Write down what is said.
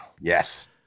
Yes